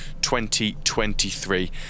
2023